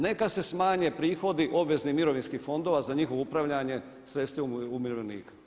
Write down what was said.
Neka se smanje prihodi obveznih mirovinskih fondova za njihovo upravljanje sredstvima umirovljenika.